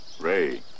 Ray